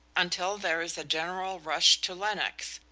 until there is a general rush to lenox,